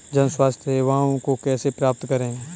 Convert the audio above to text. जन स्वास्थ्य सेवाओं को कैसे प्राप्त करें?